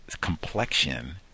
complexion